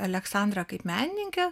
aleksandrą kaip menininkę